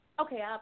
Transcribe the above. Okay